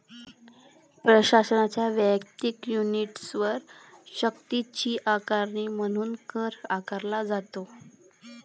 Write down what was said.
प्रशासनाच्या वैयक्तिक युनिट्सवर सक्तीची आकारणी म्हणून कर आकारला जातो